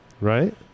Right